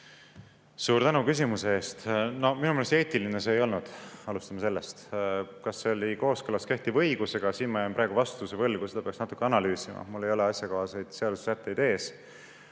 Suur tänu küsimuse eest! Minu meelest eetiline see ei olnud, alustame sellest. Kas see oli kooskõlas kehtiva õigusega? Ma jään praegu vastuse võlgu, seda peaks natuke analüüsima. Mul ei ole asjakohaseid seadusesätteid ees.